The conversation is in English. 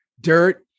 dirt